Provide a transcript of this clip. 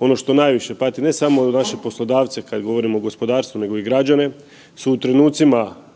ono što najviše pati ne samo naše poslodavce kada govorimo o gospodarstvu nego i građane su u trenucima